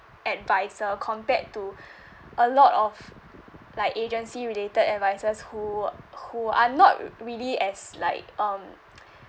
adviser compared to a lot of like agency related advisers who who are not really as like um